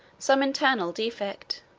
some internal defect